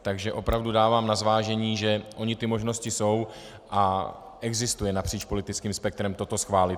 Takže opravdu dávám na zvážení, ony ty možnosti jsou, napříč politickým spektrem toto schválit.